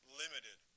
limited